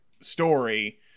story